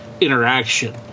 interaction